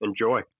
Enjoy